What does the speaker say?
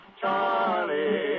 Charlie